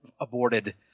aborted